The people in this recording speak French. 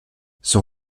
son